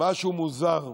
משהו מוזר: